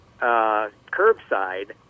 curbside